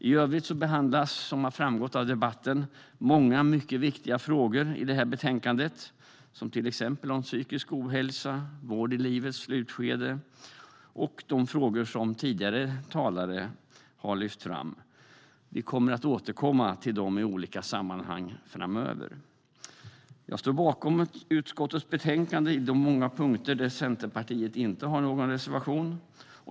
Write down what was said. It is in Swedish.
I övrigt behandlas, som framgått av debatten, många mycket viktiga frågor i betänkandet, till exempel om psykisk ohälsa och vård i livets slutskede. Tidigare talare har lyft fram andra frågor. Vi kommer att återkomma till dessa frågor i olika sammanhang framöver. Jag står bakom utskottets förslag i betänkandet under de många punkter där Centerpartiet inte har någon reservation.